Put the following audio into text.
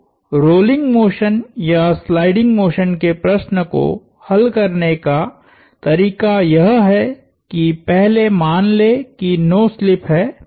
तो rolling motion या sliding motion के प्रश्न को हल करने का तरीका यह है कि पहले मान ले कि नो स्लिप है